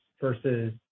versus